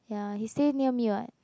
ya he stay near me [what]